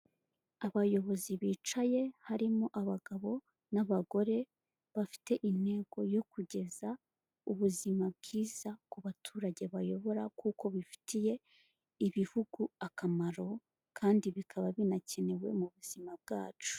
Abayobozi bicaye, harimo abagabo n'abagore, bafite intego yo kugeza ubuzima bwiza ku baturage bayobora, kuko bifitiye ibihugu akamaro, kandi bikaba binakenewe, mu buzima bwacu.